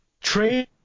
Trade